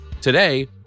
Today